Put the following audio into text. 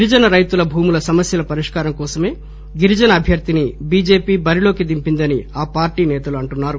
గిరిజన రైతుల భూముల సమస్యల పరిష్కారం కోసమే గిరిజన అభ్యర్ధిని బిజెపి బరిలోకి దింపిందని ఆపార్లీ నేతలు పేర్కొన్నారు